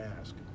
ask